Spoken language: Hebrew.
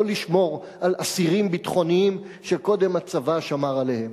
לא לשמור על אסירים ביטחוניים שקודם הצבא שמר עליהם.